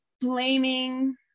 blaming